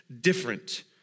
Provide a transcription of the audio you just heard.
different